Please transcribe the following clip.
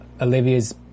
Olivia's